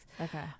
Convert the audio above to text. Okay